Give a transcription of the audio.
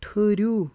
ٹھۭہرِو